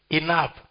enough